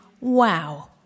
Wow